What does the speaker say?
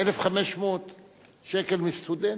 1,500 שקל מסטודנט.